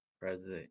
president